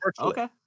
Okay